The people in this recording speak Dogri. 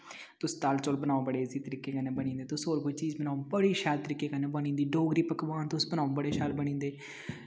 तुस दाल चौल बनाओ बड़े इज़ी तरीके कन्ने बनी जंदे तुस होर किश चीज़ बनाओ बड़ी शैल तरीके कन्नै बनी जंदी डोगरी पकवान तुस बनाओ बड़े शैल तरीके कन्नै बनी जंदे